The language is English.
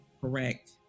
Correct